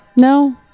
No